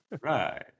Right